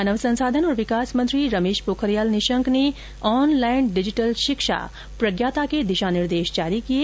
मानव संसाधन और विकास मंत्री रमेश पोखरियाल निशंक ने ऑनलाइन डिजिटल शिक्षा प्रज्ञाता के दिशा निर्देश जारी किये